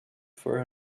for